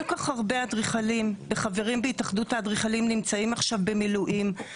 כל כך הרבה אדריכלים וחברים בהתאחדות האדריכלים נמצאים עכשיו במילואים,